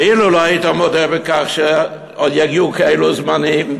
ואילו לא היית מודה בכך שעוד יגיעו כאלה זמנים,